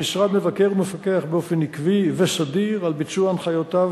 המשרד מבקר ומפקח באופן עקבי וסדיר על ביצוע הנחיותיו